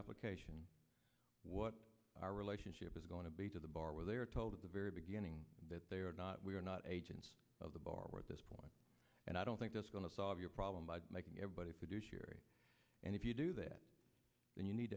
application what our relationship is going to be to the bar where they are told at the very beginning that they are not we are not agents of the bar at this point and i don't think that's going to solve your problem by making everybody fiduciary and if you do that then you need